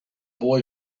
boy